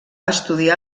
estudiar